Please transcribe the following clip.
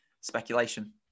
speculation